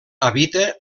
habita